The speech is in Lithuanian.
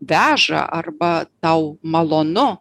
veža arba tau malonu